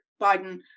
Biden